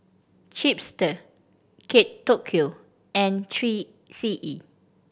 Chipster Kate Tokyo and Three C E